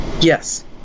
Yes